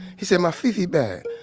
he said, my fi-fi bag.